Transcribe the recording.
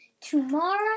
tomorrow